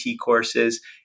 courses